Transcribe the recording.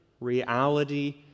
reality